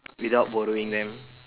without borrowing them